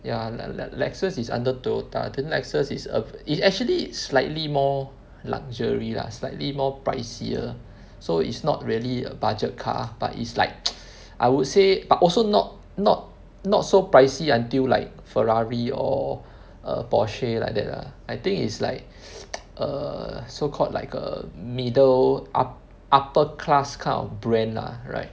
ya le~ le~ Lexus is under Toyota then Lexus is a it's actually slightly more luxury lah slightly more pricier so it's not really a budget car but it's like I would say but also not not not so pricey until like Ferrari or a Porsche like that lah I think it's like err so called like a middle up~ upper class kind of brand lah right